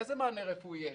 איזה מענה רפואי יש,